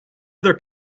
other